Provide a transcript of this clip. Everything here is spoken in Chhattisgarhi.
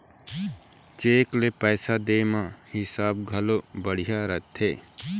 चेक ले पइसा दे म हिसाब घलोक बड़िहा रहिथे